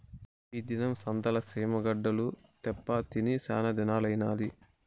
ఈ దినం సంతల సీమ గడ్డలు తేప్పా తిని సానాదినాలైనాది